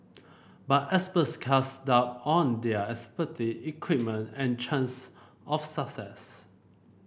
but experts cast doubt on their expertise equipment and chance of success